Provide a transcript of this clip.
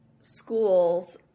schools